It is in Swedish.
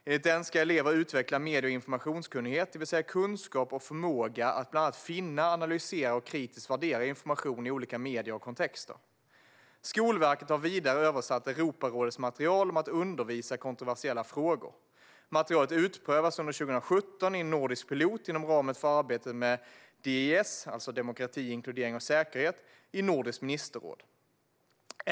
Enligt den ska elever utveckla medie och informationskunnighet, det vill säga kunskap och förmåga att bland annat finna, analysera och kritiskt värdera information i olika medier och kontexter. Skolverket har vidare översatt Europarådets material om att undervisa i kontroversiella frågor. Materialet utprövas under 2017 i en nordisk pilot inom ramen för arbetet med DIS, alltså demokrati, inkludering och säkerhet, i Nordiska ministerrådet.